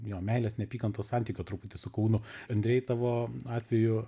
jo meilės neapykantos santykio truputį su kūnu andrej tavo atveju